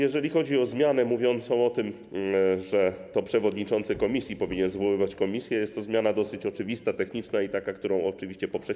Jeżeli chodzi o zmianę mówiącą o tym, że to przewodniczący komisji powinien zwoływać komisje, to jest ona dosyć oczywista, techniczna i taka, którą oczywiście można poprzeć.